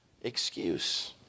excuse